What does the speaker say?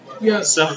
Yes